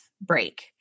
break